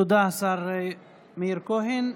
תודה, השר מאיר כהן.